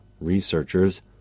researchers